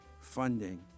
funding